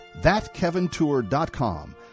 ThatKevinTour.com